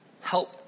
help